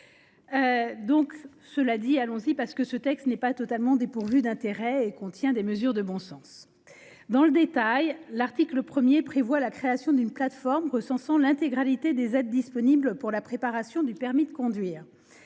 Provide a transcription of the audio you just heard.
nos auto-écoles ... Mais ce texte n'est pas totalement dépourvu d'intérêt ; il contient même des mesures de bon sens. Dans le détail, l'article 1 prévoit la création d'une plateforme recensant l'intégralité des aides disponibles pour la préparation du permis de conduire.